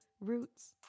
Roots